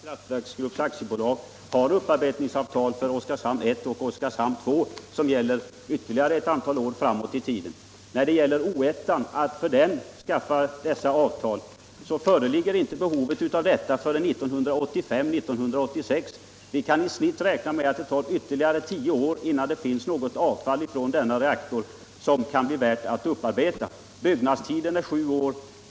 Herr talman! Jag vill upplysa om att Oskarshamns kraftgrupp har upparbetningsavtal för Oskarshamn 1 och Oskarshamn 2 som gäller ytterligare ett antal år framåt i tiden. För Oskarshamn 3 kan man räkna med att det tar ytterligare tio år innan det finns avfall som kan upparbetas. Byggnadstiden är sju år.